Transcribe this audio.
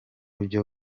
byo